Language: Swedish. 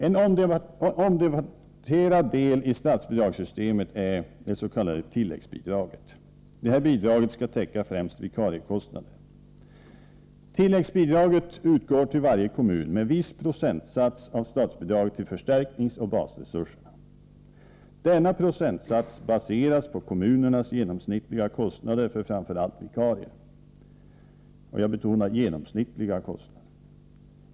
En omdebatterad del i statsbidragssystemet är tilläggsbidraget. Detta bidrag skall täcka främst vikariekostnader. Tilläggsbidraget utgår till varje kommun med en viss procent av statsbidraget till förstärkningsoch basresurserna. Denna procentsats baseras på kommunernas genomsnittliga kostnader för framför allt vikarier. Jag betonar att det gäller de genomsnittliga kostnaderna.